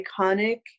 iconic